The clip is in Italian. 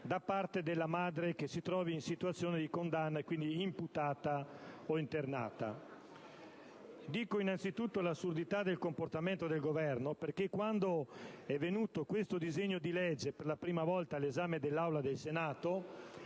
da parte della madre che si trova in situazione di condanna e, quindi, imputata o internata. Parlo di assurdità del comportamento del Governo perché, quando il disegno di legge è giunto per la prima volta all'esame dell'Aula del Senato,